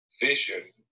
vision